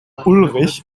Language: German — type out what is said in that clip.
ulrich